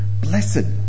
Blessed